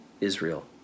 Israel